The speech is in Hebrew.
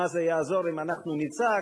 מה זה יעזור אם אנחנו נצעק.